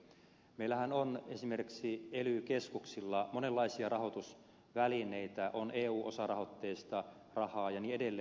meillähän on esimerkiksi ely keskuksilla monenlaisia rahoitusvälineitä on eu osarahoitteista rahaa ja niin edelleen